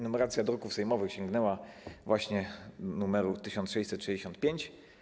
Numeracja druków sejmowych sięgnęła właśnie numeru 1665.